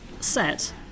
set